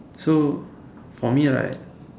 so for me right